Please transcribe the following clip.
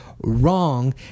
wrong